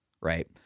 right